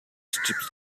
strips